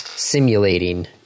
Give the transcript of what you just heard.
simulating